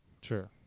sure